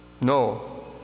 No